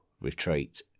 retreat